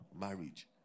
marriage